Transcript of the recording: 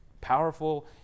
powerful